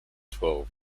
twelve